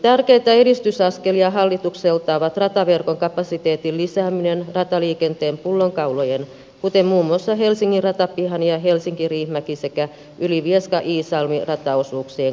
tärkeitä edistysaskelia hallitukselta on rataverkon kapasiteetin lisääminen rataliikenteen pullonkaulojen kuten muun muassa helsingin ratapihan ja helsinkiriihimäki sekä ylivieskaiisalmi rataosuuksien korjaamiseksi